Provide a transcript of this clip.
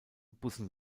bussen